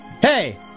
Hey